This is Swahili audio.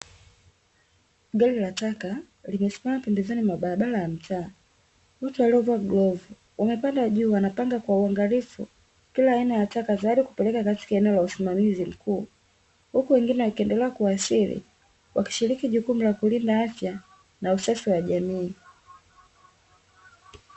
Gari la taka limesimama pembezoni mwa barabara ya mtaa ,watu waliovaa glovu wamepanda juu wanapanga kwa uangalifu kila aina ya taka tayari kupelekwa katika eneo la usimamizi mkuu, huku wengine wakiendelea kuwasili wakishiriki jukumu la kulinda afya na usafi wa jamii.